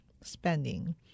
spending